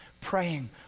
praying